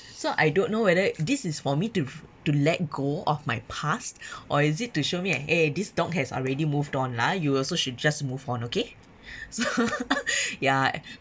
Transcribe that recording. so I don't know whether this is for me to to let go of my past or is it to show me eh this dog has already moved on lah you also should just move on okay so ya